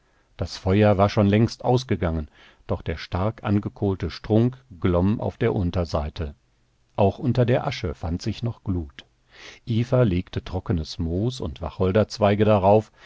das feuer war schon längst ausgegangen doch der stark angekohlte strunk glomm auf der unterseite auch unter der asche fand sich noch glut eva legte trockenes moos und wacholderzweige darauf